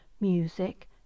music